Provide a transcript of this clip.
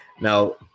Now